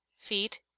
feet,